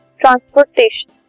transportation